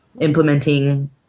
implementing